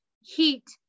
heat